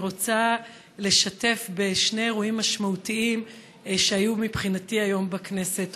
אני רוצה לשתף בשני אירועים משמעותיים מבחינתי שהיו היום בכנסת.